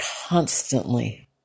constantly